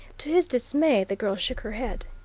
to his dismay the girl shook her head.